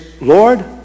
Lord